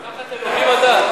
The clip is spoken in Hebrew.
התחת אלוקים אתה?